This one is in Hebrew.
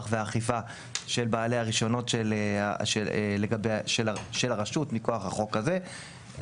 ואכיפה של בעלי הרישיונות של הרשות מכוח החוק הזה,